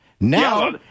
Now